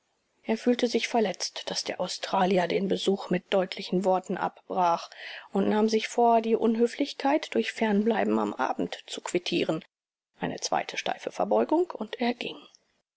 er fühlte sich verletzt daß der australier den besuch mit deutlichen worten abbrach und nahm sich vor die unhöflichkeit durch fernbleiben am abend zu quittieren eine zweite steife verbeugung und er ging